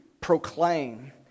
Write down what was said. Proclaim